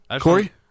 Corey